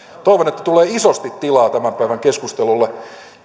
toivon että tulee isosti tilaa tämän päivän keskustelulle